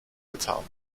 getarnt